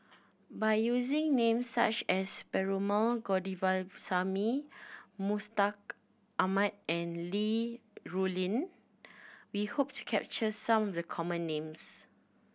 by using names such as Perumal Govindaswamy Mustaq Ahmad and Li Rulin we hope to capture some of the common names